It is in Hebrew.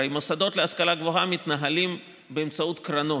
הרי מוסדות להשכלה גבוהה מתנהלים באמצעות קרנות.